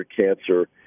cancer